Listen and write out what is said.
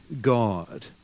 God